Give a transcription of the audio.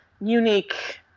unique